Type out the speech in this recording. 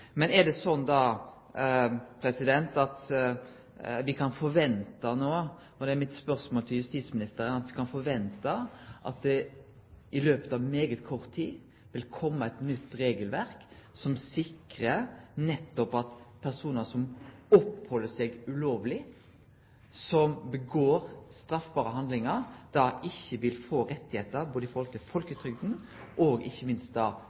Mitt spørsmål til justisministeren er om vi kan vente at det i løpet av svært kort tid vil komme eit nytt regelverk som nettopp sikrar at personar som oppheld seg ulovleg her, og som gjer straffbare handlingar, ikkje vil få rettar frå folketrygda, ikkje minst pensjonsrettar. Kan justisministeren bekrefte det? Jeg blir nå utfordret til